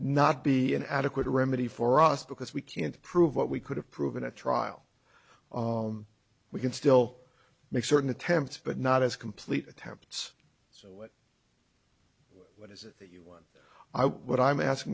not be an adequate remedy for us because we can't prove what we could have proven at trial we can still make certain attempts but not as complete attempts so what what is it that you want i what i'm asking